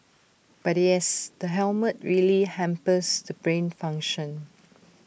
but yes the helmet really hampers the brain function